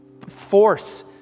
force